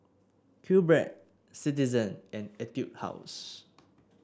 QBread Citizen and Etude House